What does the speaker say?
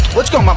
let's go